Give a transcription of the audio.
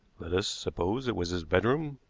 let us suppose it was his bedroom.